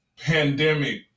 pandemic